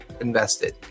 invested